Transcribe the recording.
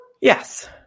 Yes